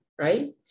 right